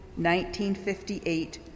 1958